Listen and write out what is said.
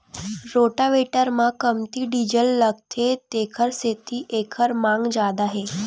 rotavator म कमती diesel लागथे तेखर सेती एखर मांग जादा हे